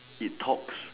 it talks